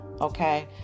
okay